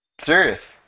Serious